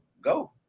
go